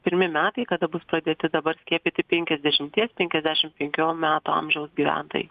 pirmi metai kada bus pradėti dabar skiepyti penkiasdešimties penkiasdešimt penkių metų amžiaus gyventojai